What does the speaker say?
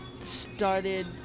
started